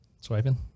swiping